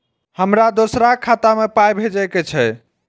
हमरा दोसराक खाता मे पाय भेजे के छै?